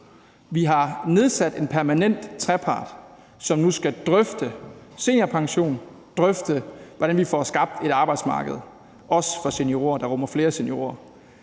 Vi har nedsat en permanent trepartsinstitution, som nu skal drøfte seniorpension, drøfte, hvordan vi får skabt et arbejdsmarked også for seniorer – som rummer flere seniorer.